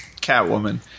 Catwoman